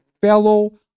fellow